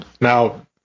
now